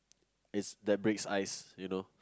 it's that breaks ice you know